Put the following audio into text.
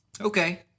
Okay